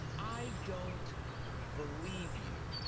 i don't believe you.